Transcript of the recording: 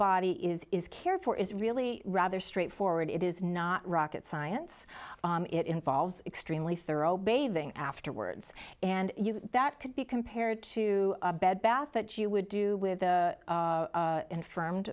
body is is cared for is really rather straightforward it is not rocket science it involves extremely thorough bathing afterwards and that could be compared to a bed bath that you would do with the infirmed